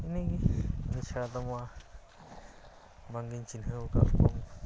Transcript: ᱤᱱᱤᱜᱮ ᱤᱱᱟᱹ ᱪᱷᱟᱲᱟᱫᱚ ᱢᱟ ᱵᱟᱝᱜᱮᱧ ᱪᱤᱱᱦᱟᱹᱣ ᱟᱠᱟᱫ ᱠᱚᱣᱟ